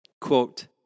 Quote